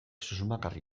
susmagarri